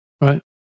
Right